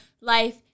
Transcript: life